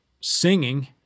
singing